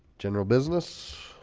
general business